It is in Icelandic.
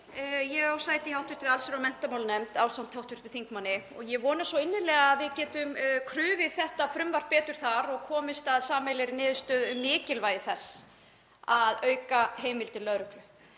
Ég á sæti í hv. allsherjar- og menntamálanefnd ásamt hv. þingmanni og ég vona svo innilega að við getum krufið þetta frumvarp betur þar og komist að sameiginlegri niðurstöðu um mikilvægi þess að auka heimildir lögreglu.